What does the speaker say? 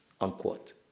Unquote